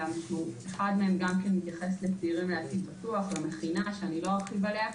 אחד מהם מתייחס לצעירים ולמכינה שאני לא ארחיב עליה כעת,